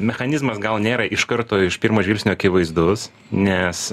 mechanizmas gal nėra iš karto iš pirmo žvilgsnio akivaizdus nes